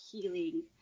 healing